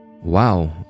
Wow